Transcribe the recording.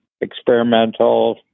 experimental